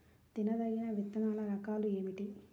తినదగిన విత్తనాల రకాలు ఏమిటి?